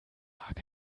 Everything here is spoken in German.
mark